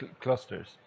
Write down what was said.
clusters